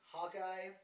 Hawkeye